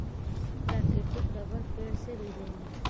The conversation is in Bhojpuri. प्राकृतिक रबर पेड़ से मिलेला